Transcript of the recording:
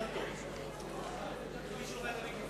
את המיקרופון.